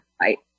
Right